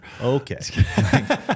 Okay